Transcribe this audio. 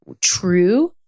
true